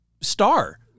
star